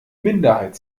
minderheit